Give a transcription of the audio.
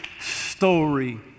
story